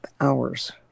hours